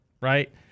right